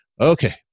Okay